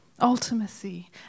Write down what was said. Ultimacy